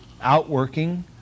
outworking